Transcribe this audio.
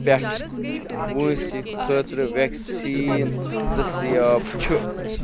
پٮ۪ٹھٕ وٲنٛسہِ خٲطرٕ ویٚکسیٖن دستیاب چھُ